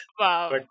Wow